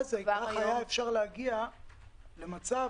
ואז היה אפשר להגיע למצב